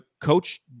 coach